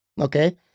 Okay